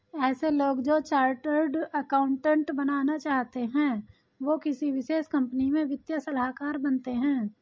ऐसे लोग जो चार्टर्ड अकाउन्टन्ट बनना चाहते है वो किसी विशेष कंपनी में वित्तीय सलाहकार बनते हैं